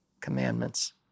commandments